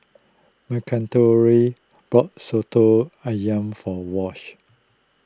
bought Soto Ayam for Wash